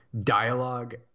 dialogue